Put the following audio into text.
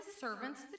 servants